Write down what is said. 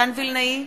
מתן וילנאי,